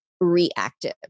reactive